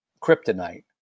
kryptonite